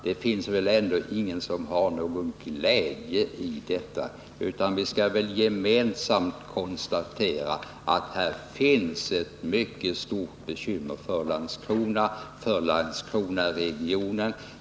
Det finns ändå ingen som har någon glädje av detta, utan vi skall väl gemensamt konstatera att här är det ett mycket stort bekymmer för Landskrona kommun och Landskronaregionen.